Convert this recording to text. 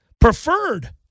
preferred